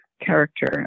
character